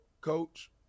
coach